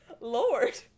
Lord